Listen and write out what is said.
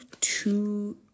two